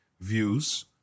views